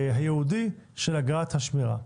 הייעודי של אגרת השמירה.